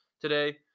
today